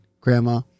Grandma